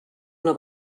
una